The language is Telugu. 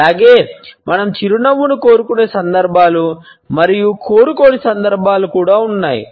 అలాగే మనం చిరునవ్వు కోరుకునే సందర్భాలు మరియు కోరుకోని సందర్భాలు కూడా ఉన్నాయి